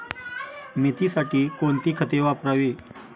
मेथीसाठी कोणती खते वापरावी?